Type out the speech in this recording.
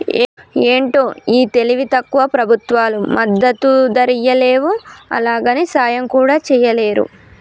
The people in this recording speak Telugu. ఏంటో ఈ తెలివి తక్కువ ప్రభుత్వాలు మద్దతు ధరియ్యలేవు, అలాగని సాయం కూడా చెయ్యలేరు